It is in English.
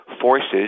forces